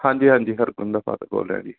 ਹਾਂਜੀ ਹਾਂਜੀ ਹਰਗੁਣ ਦਾ ਫਾਦਰ ਬੋਲ ਰਿਹਾ ਜੀ